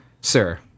Sir